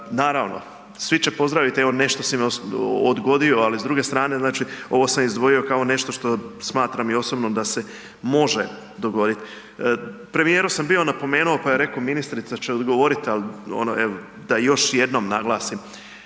naravno, svi će pozdraviti evo nešto si odgodio ali s druge strane znači ovo sam izdvojio kao nešto što smatram i osobno da se može dogoditi. Premijeru sam bio napomenu pa je rekao ministrica će odgovorit, al ono evo da još jednom naglasim.